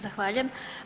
Zahvaljujem.